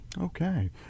Okay